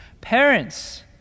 Parents